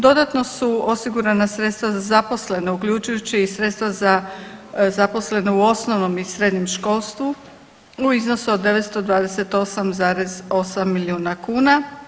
Dodatno su osigurana sredstva za zaposlene uključujući i sredstva za zaposlene u osnovnom i srednjem školstvu u iznosu od 928,8 milijuna kuna.